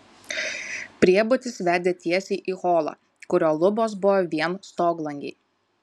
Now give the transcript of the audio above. priebutis vedė tiesiai į holą kurio lubos buvo vien stoglangiai